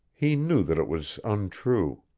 he knew that it was untrue.